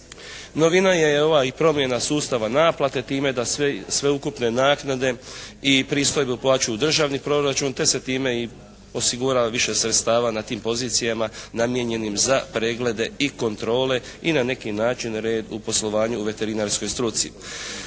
Novina je ova i promjena sustava naplate time da sveukupne naknade i pristojbe uplaćuju u državni proračun te se time i osigurava više sredstava na tim pozicijama namijenjenim za preglede i kontrole i na neki način red u poslovanju u veterinarskoj struci.